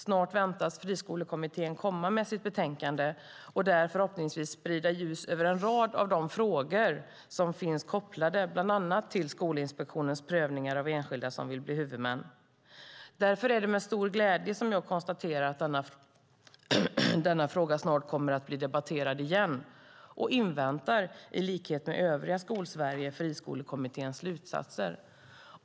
Snart väntas Friskolekommittén komma med sitt betänkande och där förhoppningsvis sprida ljus över en rad av de frågor som finns kopplade bland annat till Skolinspektionens prövningar av enskilda som vill bli huvudmän. Därför är det med stor glädje som jag konstaterar att denna fråga snart kommer att bli debatterad igen och inväntar i likhet med övriga Skolsverige Friskolekommitténs slutsatser.